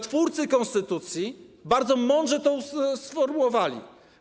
Twórcy konstytucji bardzo mądrze to sformułowali.